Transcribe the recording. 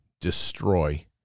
destroy